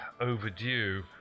overdue